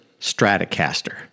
Stratocaster